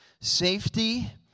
safety